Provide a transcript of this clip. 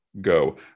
go